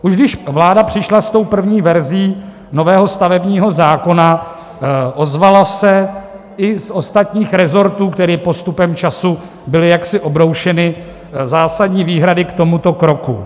Už když vláda přišla s první verzí nového stavebního zákona, ozvalo se i z ostatních resortů, které postupem času byly jaksi obroušeny, zásadní výhrady k tomuto kroku.